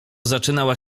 zaczynała